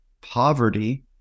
poverty